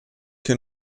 che